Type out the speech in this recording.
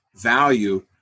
value